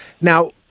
Now